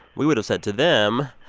we would have said to them,